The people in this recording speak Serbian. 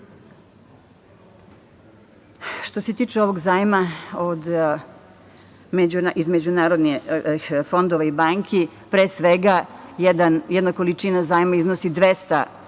se tiče ovog zajma iz međunarodnih fondova i banki, pre svega jedna količina zajma iznosi 200